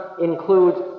includes